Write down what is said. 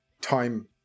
time